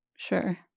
Sure